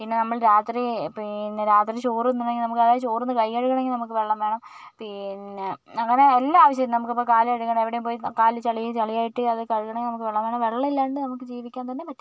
പിന്നെ നമ്മൾ രാത്രി പിന്നെ രാത്രി ചോറ് തിന്നണമെങ്കിൽ നമുക്ക് അതായത് ചോറ് ഉണ്ട് കൈ കഴുകണം എങ്കിൽ നമുക്ക് വെള്ളം വേണം പിന്നെ അങ്ങനെ എല്ലാ ആവശ്യത്തിനും നമുക്ക് ഇപ്പോൾ കാൽ കഴുകണം എവിടെയെങ്കിലും പോയി കാലിൽ ചെളി ചെളിയായിട്ട് അത് കഴുകണം എങ്കിൽ വെള്ളം വേണം വെള്ളം ഇല്ലാണ്ട് നമുക്ക് ജീവിക്കാൻ തന്നെ പറ്റില്ല